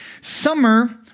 Summer